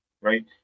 right